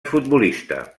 futbolista